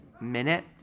minute